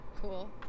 Cool